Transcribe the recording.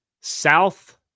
South